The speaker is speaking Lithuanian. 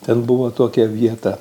ten buvo tokia vieta